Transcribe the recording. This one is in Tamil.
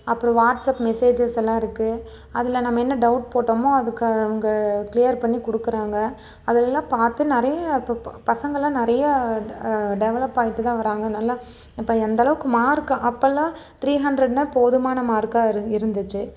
அப்புறோம் வாட்ஸ்அப் மெஸேஜஸ்லாம் இருக்குது அதில் நம்ம என்ன டவுட் போட்டோமோ அதுக்கு அவங்க க்ளியர் பண்ணி கொடுக்குறாங்க அதிலலாம் பார்த்து நிறையா இப்போ ப பசங்கலாம் நிறையா டெவலப் ஆயிட்டு தான் வராங்க நல்லா இப்போ எந்தளவுக்கு மார்க் அப்போல்லாம் த்ரீ ஹண்ட்ரட்னால் போதுமான மார்க்காக இரு இருந்துச்சு